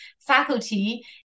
faculty